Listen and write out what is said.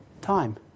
Time